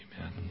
Amen